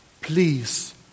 Please